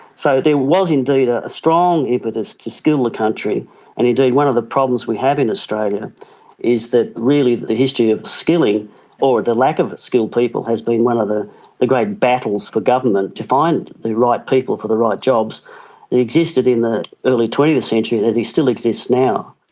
so there was indeed a strong impetus to skill the country, and indeed one of the problems we have in australia is that really the the history of skilling or the lack of skilled people has been one of the the great battles for governments to find the right people for the right jobs. it existed in the early twentieth century and it still exists now.